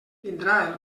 tindrà